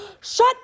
Shut